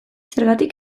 zergatik